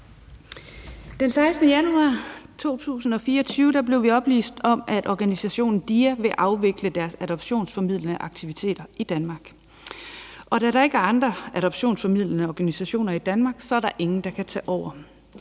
Den 16. januar 2024 blev vi oplyst om, at organisationen DIA vil afvikle deres adoptionsformidlende aktiviteter i Danmark, og da der ikke er andre adoptionsformidlende organisationer i Danmark, er der ingen, der kan tage over.